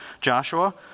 Joshua